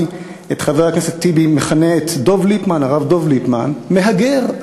את חבר הכנסת טיבי מכנה את הרב דב ליפמן מהגר.